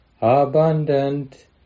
abundant